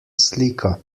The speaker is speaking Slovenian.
slika